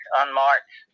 unmarked